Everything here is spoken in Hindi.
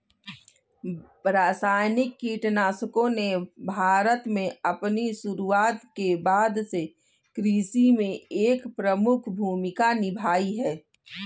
रासायनिक कीटनाशकों ने भारत में अपनी शुरूआत के बाद से कृषि में एक प्रमुख भूमिका निभाई है